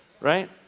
right